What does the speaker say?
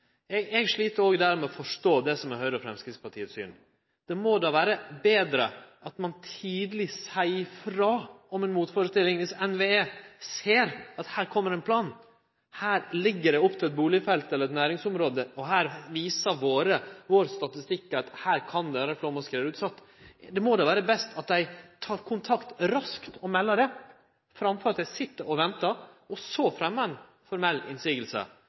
slit eg òg med å forstå Høgre og Framstegspartiet sitt syn. Det må då vere betre at ein seier tidleg frå om ei motførestilling dersom NVE ser at her kjem det ein plan, her ligg det opp til eit bustadfelt eller eit næringsområde, og her viser vår statistikk at området kan vere flaum- og skredutsett. Det må då vere best at dei tek kontakt raskt og melder frå framfor å vente og så fremje ei formell motsegn. Dersom vi ønskjer god dialog og